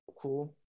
cool